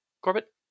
Corbett